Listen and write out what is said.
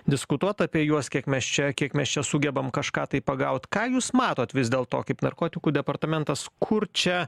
diskutuot apie juos kiek mes čia kiek mes čia sugebam kažką tai pagaut ką jūs matot vis dėlto kaip narkotikų departamentas kur čia